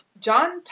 John